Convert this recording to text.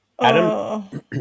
Adam